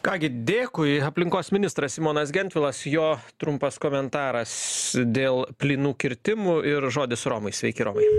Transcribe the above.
ką gi dėkui aplinkos ministras simonas gentvilas jo trumpas komentaras dėl plynų kirtimų ir žodis romai sveiki romai